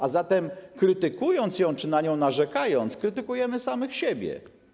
A zatem krytykując ją czy na nią narzekając, krytykujemy samych siebie.